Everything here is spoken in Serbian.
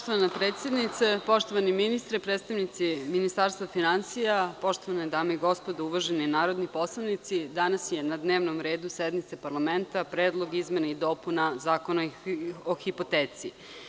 Poštovana predsednice, poštovani ministre, predstavnici Ministarstva finansija, poštovane dame i gospodo, uvaženi narodni poslanici, danas je na dnevnom redu sednice parlamenta Predlog izmene i dopuna Zakona o hipoteci.